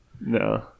no